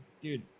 dude